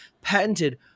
patented